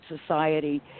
society